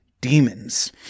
demons